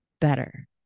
better